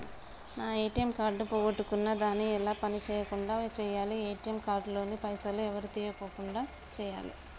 నా ATM card పోగొట్టుకున్నా దాన్ని ఎలా పని చేయకుండా చేయాలి ఏ.టి.ఎమ్ కార్డు లోని పైసలు ఎవరు తీసుకోకుండా చేయాలి?